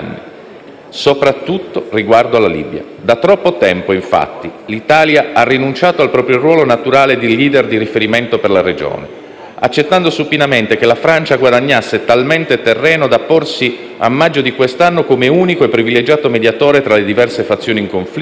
soprattutto riguardo alla Libia. Da troppo tempo, infatti, l'Italia ha rinunciato al proprio ruolo naturale di *leader* di riferimento per la regione, accettando supinamente che la Francia guadagnasse talmente terreno da porsi, a maggio di quest'anno, come unico e privilegiato mediatore tra le diverse fazioni in conflitto,